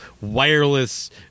wireless